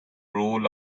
role